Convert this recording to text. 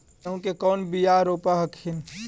गेहूं के कौन बियाह रोप हखिन?